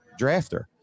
drafter